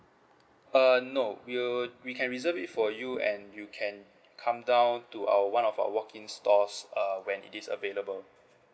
uh no we will we can reserve it for you and you can come down to our one of our walk in stores err when it is available